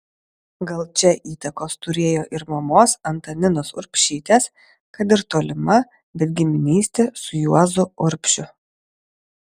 gal čia įtakos turėjo ir mamos antaninos urbšytės kad ir tolima bet giminystė su juozu urbšiu